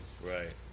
Right